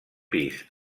pis